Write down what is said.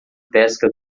pesca